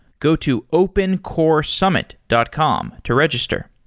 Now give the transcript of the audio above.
go to opencoresummit dot com to register.